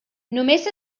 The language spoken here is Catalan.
només